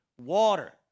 water